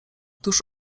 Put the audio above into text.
tuż